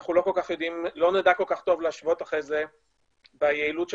ואנחנו לא נדע כל כך טוב להשוות אחרי זה ביעילות של